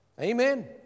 Amen